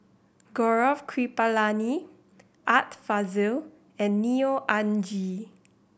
Gaurav Kripalani Art Fazil and Neo Anngee